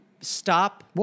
Stop